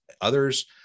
others